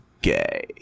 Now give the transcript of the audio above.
gay